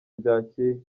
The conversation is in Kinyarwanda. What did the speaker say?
ryakeye